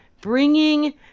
bringing